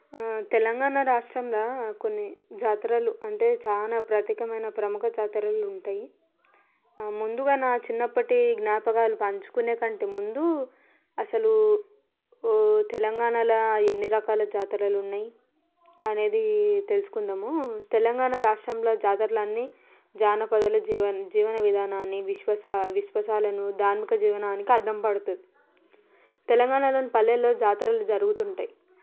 తెలంగాణ రాష్ట్రంలో కొన్ని జాతరలు అంటే చాలా ప్రత్యేకమైన ప్రముఖ జాతరలు ఉంటాయి ముందుగా నా చిన్నప్పటి జ్ఞాపకాలు పంచుకునే కంటే ముందు అసలు తెలంగాణలో ఎన్ని రకాల జాతరలు ఉన్నాయి అనేది తెలుసుకుందాము తెలంగాణ రాష్ట్రంలో జాతరలన్నీ జానపదాలు జీవన జీవన విధానాన్ని విశ్వసాలు విశ్వాసాలను ధార్మిక జీవనానికి అద్దం పడుతుంది తెలంగాణలోని పల్లెల్లో జాతరలు జరుగుతూ ఉంటాయి